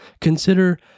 Consider